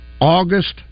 August